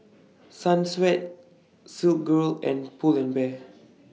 Sunsweet Silkygirl and Pull and Bear